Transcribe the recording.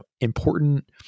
important